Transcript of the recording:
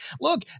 Look